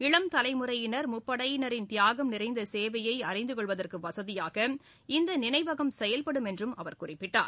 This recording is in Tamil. இளம் தலைமுறையினர் முப்படையினரின் தியாகம் நிறைந்த சேவைய அறிந்துகொள்வதற்கு வசதியாக இந்த நினைவகம் செயல்படும் என்றும் அவர் குறிப்பிட்டார்